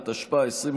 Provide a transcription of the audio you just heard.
לפיכך, עשרה